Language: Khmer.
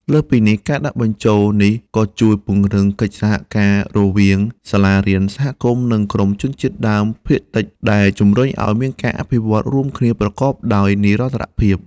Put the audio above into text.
លើសពីនេះ ការដាក់បញ្ចូលនេះក៏ជួយពង្រឹងកិច្ចសហការរវាងសាលារៀន សហគមន៍ និងក្រុមជនជាតិដើមភាគតិច ដែលជំរុញឱ្យមានការអភិវឌ្ឍន៍រួមគ្នាប្រកបដោយនិរន្តរភាព។